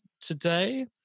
today